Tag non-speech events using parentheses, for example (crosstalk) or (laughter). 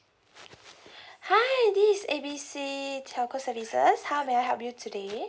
(breath) hi this is A B C telco services how may I help you today